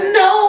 no